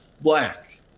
black